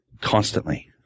constantly